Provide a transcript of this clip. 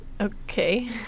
okay